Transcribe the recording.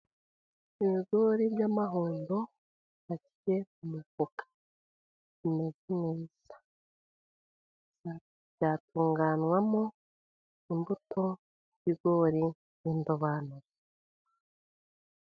Ibigori by'amahundo bashyize ku mufuka bimeze neza, byatunganywamo imbuto y'ibigori y'indobanure.